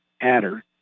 Adder